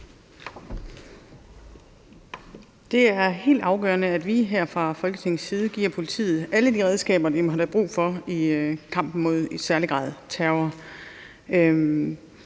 Det er helt afgørende, at vi her fra Folketingets side giver politiet alle de redskaber, de måtte have brug for i kampen imod i særlig grad terror.